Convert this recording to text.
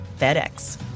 FedEx